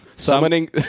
Summoning